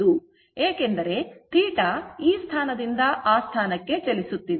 ಏಕೆಂದರೆ θ ಈ ಸ್ಥಾನದಿಂದ ಆ ಸ್ಥಾನಕ್ಕೆ ಚಲಿಸುತ್ತಿದೆ